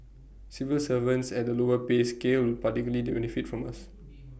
civil servants at the lower pay scale particularly benefit from us